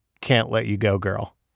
can't-let-you-go-girl